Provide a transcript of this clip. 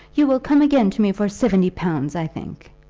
you will come again to me for seventy pounds, i think.